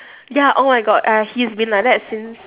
ya oh my god !aiya! he's been like that since